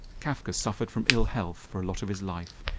kafka suffered from ill health for a lot of his life.